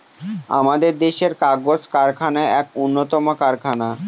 আমাদের দেশের কাগজ কারখানা এক উন্নতম কারখানা